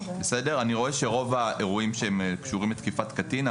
ואני רואה שרוב האירועים שהם קשורים לתקיפת קטין,